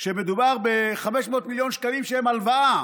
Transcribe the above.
שמדובר ב-500 מיליון שקלים שהם הלוואה